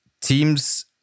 teams